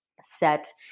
set